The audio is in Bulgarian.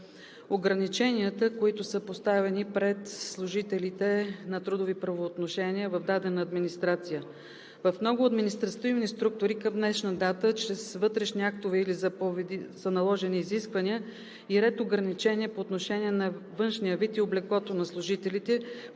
ограниченията, които са поставени пред служителите на трудови правоотношения в дадена администрация. В много административни структури към днешна дата чрез вътрешни актове или заповеди са наложени изисквания и ред ограничения по отношение на външния вид и облеклото на служителите,